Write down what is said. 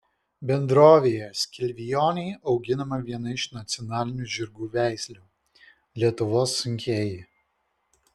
bendrovėje skilvioniai auginama viena iš nacionalinių žirgų veislių lietuvos sunkieji